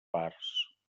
parts